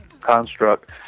construct